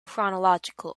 chronological